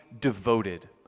devoted